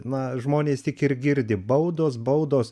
na žmonės tik ir girdi baudos baudos